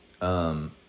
Um-